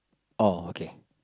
oh okay